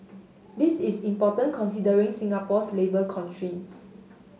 this is important considering Singapore's labour constraints